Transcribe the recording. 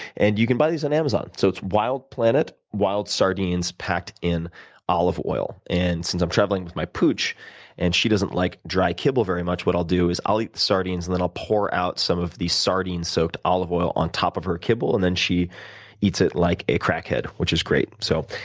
and you can buy these on amazon. so it's wild planet wild sardines packed in olive oil. and since i'm traveling with my pooch and she doesn't like dry kibble very much, what i'll do is, i'll eat the sardines and then i'll pour out some of the sardine-soaked olive oil on top of her kibbble and then she eats it like a crackhead, which is great so,